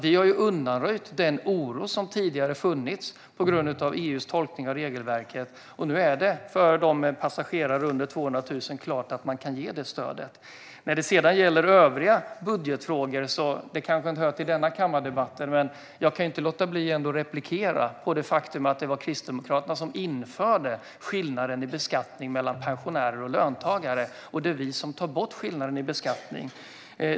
Vi har undanröjt den oro som tidigare funnits på grund av EU:s tolkning av regelverket. Nu är det klart att man kan ge stöd till dem som har mindre än 200 000 passagerare. Övriga budgetfrågor hör kanske inte till denna debatt. Men jag kan inte låta bli att replikera på det faktum att det var Kristdemokraterna som införde skillnaden i beskattning mellan pensionärer och löntagare, och det är vi som tar bort den.